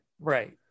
Right